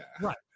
Right